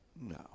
No